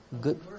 good